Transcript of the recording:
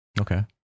Okay